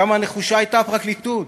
כמה נחושה הייתה הפרקליטות?